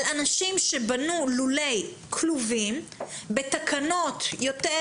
על אנשים שבנו לולי כלובים בתקנות יותר